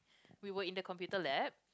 we were in the computer lab